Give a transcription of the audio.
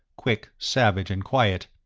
quick, savage and quiet,